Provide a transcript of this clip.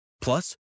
Plus